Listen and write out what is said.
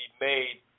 made